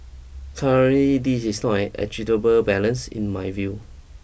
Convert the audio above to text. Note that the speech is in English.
currently this is not an balance in my view